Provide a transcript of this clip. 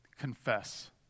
Confess